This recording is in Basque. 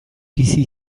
bizi